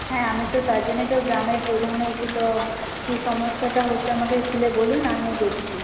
হ্যাঁ আমি তো তার জন্যই তো গ্রামের প্রধান হয়েছি তো কী সমস্যাটা হচ্ছে আমাকে খুলে বলুন আমি দেখছি